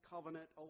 covenant